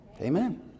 amen